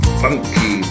funky